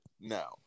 now